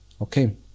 Okay